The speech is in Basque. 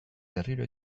berriro